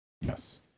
Yes